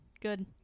Good